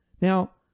Now